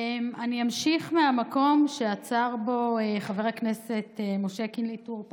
אני אמשיך מהמקום שעצר בו חבר הכנסת משה קינלי טור פז.